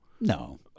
No